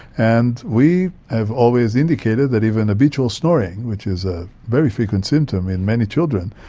and we have always indicated that even habitual snoring, which is a very frequent symptom in many children,